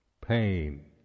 pain